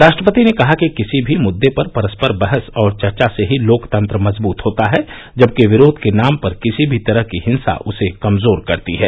राष्ट्रपति ने कहा कि किसी भी मुद्दे पर परस्पर बहस और चर्चा से ही लोकतंत्र मजबूत होता है जबकि विरोध के नाम पर किसी भी तरह की हिंसा उसे कमजोर करती है